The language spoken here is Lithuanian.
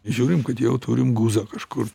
žiūrim kad jau turim guzą kažkur